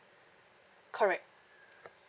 correct